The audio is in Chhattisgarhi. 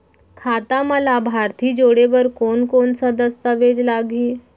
खाता म लाभार्थी जोड़े बर कोन कोन स दस्तावेज लागही?